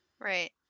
Right